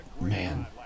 man